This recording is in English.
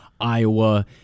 Iowa